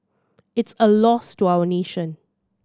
it's a loss to our nation